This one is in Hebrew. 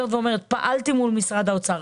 פעלתי מול משרד האוצר.